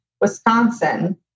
Wisconsin